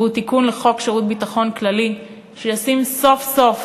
והוא תיקון לחוק שירות ביטחון שישים סוף-סוף